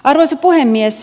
arvoisa puhemies